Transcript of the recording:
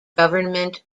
government